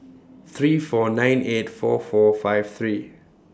three four nine eight four four five three